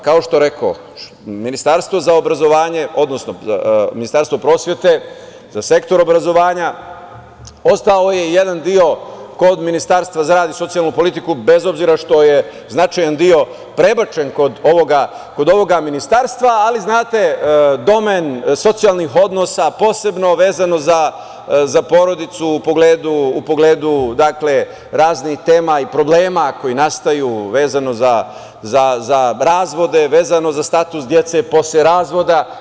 Kao što rekoh, Ministarstvo za obrazovanje, odnosno Ministarstvo prosvete za sektor obrazovanja ostao je jedan deo kod Ministarstva za rad i socijalnu politiku, bez obzira što je značajan deo prebačen kod ovog ministarstva, ali znate, domen socijalnih odnosa, posebno vezano za porodicu u pogledu raznih tema i problema koji nastaju vezano za razvode, za status dece posle razvoda.